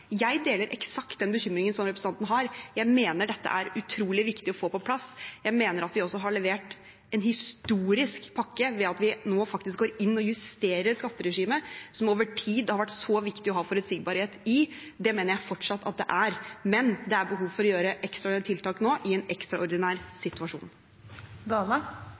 jeg deler eksakt den bekymringen som representanten har. Jeg mener dette er utrolig viktig å få på plass. Jeg mener også at vi har levert en historisk pakke ved at vi nå går inn og justerer et skatteregime som det over tid har vært så viktig å ha forutsigbarhet i. Det mener jeg fortsatt at det er. Men det er behov for ekstraordinære tiltak nå, i en ekstraordinær